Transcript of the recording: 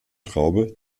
traube